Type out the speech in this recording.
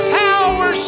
power